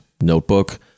notebook